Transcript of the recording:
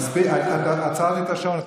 תרגיע אותו.